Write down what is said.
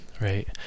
right